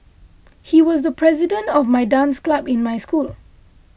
he was the president of my dance club in my school